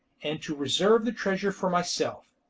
and to reserve the treasure for myself.